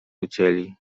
ucięli